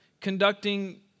conducting